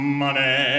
money